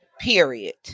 Period